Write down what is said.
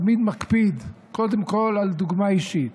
תמיד מקפיד קודם כול על דוגמה אישית